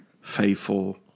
faithful